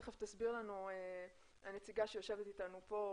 תכף הנציגה שיושבת אתנו תסביר לנו,